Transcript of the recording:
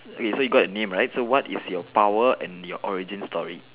is you got your name right what is your power and your origin story